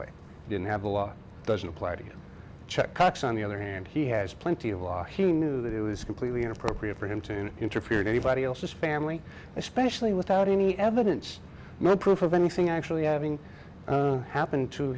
way didn't have the law doesn't apply to you check cocks on the other hand he has plenty of law he knew that it was completely inappropriate for him to interfere in anybody else's family especially without any evidence no proof of anything actually having happened to